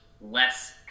less